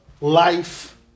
life